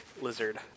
lizard